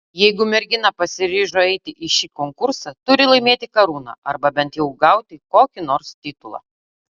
jeigu mergina pasiryžo eiti į šį konkursą turi laimėti karūną arba bent jau gauti kokį nors titulą